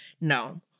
No